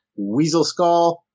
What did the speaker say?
Weaselskull